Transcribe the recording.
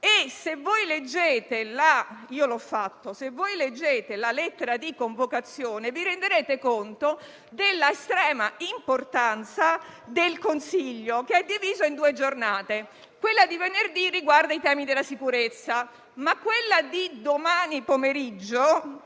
io ho fatto, la lettera di convocazione, vi renderete conto della estrema importanza del Consiglio, che è diviso in due giornate. Quella di venerdì riguarda i temi della sicurezza, ma quella di domani pomeriggio,